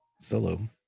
solo